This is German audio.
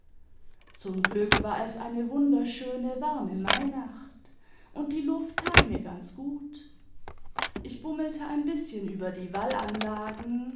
zum glück war es eine wunderschöne warme mainacht und die luft tat mir ganz gut ich bummelte ein bißchen über die wallanlagen